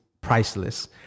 priceless